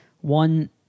one